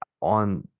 on